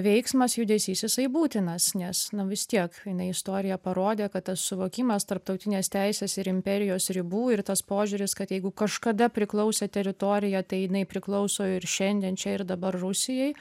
veiksmas judesys jisai būtinas nes na vis tiek jinai istorija parodė kad tas suvokimas tarptautinės teisės ir imperijos ribų ir tas požiūris kad jeigu kažkada priklausė teritorija tai jinai priklauso ir šiandien čia ir dabar rusijai